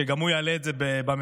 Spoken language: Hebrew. שגם הוא יעלה את זה בממשלה: